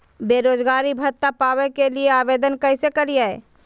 बेरोजगारी भत्ता पावे के लिए आवेदन कैसे करियय?